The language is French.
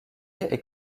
est